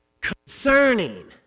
concerning